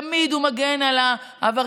תמיד הוא מגן על העבריינים,